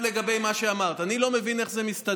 לגבי מה שאמרת, אני לא מבין איך זה מסתדר.